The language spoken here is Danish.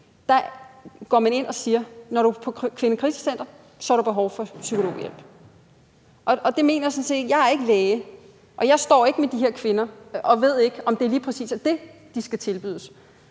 går vi ind og siger: Når du er på kvindekrisecenter, har du behov for psykologhjælp. Jeg er ikke læge, og jeg står ikke med de her kvinder og ved ikke, om det lige præcis er det, de skal tilbydes.